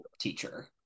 teacher